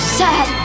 sad